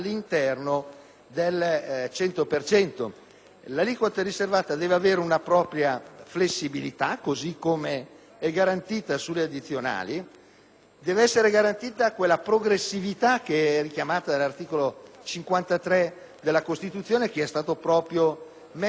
L'aliquota riservata deve avere una propria flessibilità, così come garantita per le addizionali; deve essere garantita quella progressività che è richiamata all'articolo 53 della Costituzione, che è stato previsto proprio con riferimento a tale aspetto